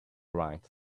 right